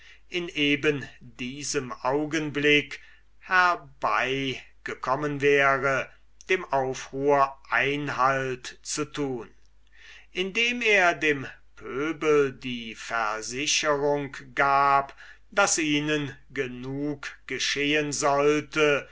in eben diesem momente herbeigekommen wäre dem aufruhr einhalt zu tun indem er dem pöbel die versicherung gab daß ihnen genug getan werden sollte